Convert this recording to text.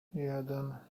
jeden